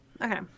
okay